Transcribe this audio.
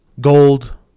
gold